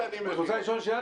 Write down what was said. אם את רוצה לשאול שאלה,